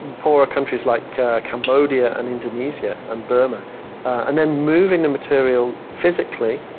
poorer countries like cambodia and indonesia and burma and then moving the material physically.